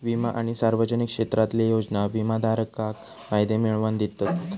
विमा आणि सार्वजनिक क्षेत्रातले योजना विमाधारकाक फायदे मिळवन दितत